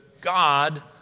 God